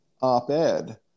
op-ed